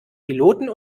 piloten